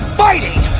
fighting